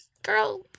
Girl